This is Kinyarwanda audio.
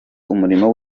umurimo